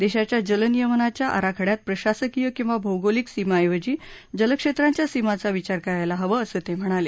देशाच्या जलनियमनाच्या आराखड्यात प्रशासकीय किंवा भौगोलिक सीमांऐवजी जलक्षेत्रांच्या सीमांचा विचार करायला हवा असं तेम्हणाले